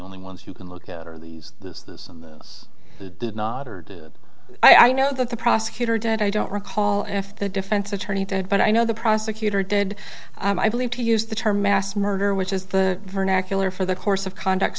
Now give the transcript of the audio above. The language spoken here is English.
only ones you can look at are these this this and this did not or did i know that the prosecutor did i don't recall if the defense attorney did but i know the prosecutor did i believe to use the term mass murder which is the vernacular for the course of conduct